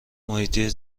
محیطی